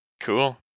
cool